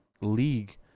league